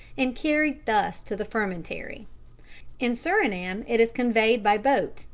and carried thus to the fermentary. in surinam it is conveyed by boat,